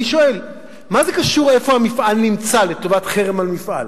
מה זה קשור איפה המפעל נמצא לטובת חרם על מפעל?